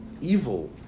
evil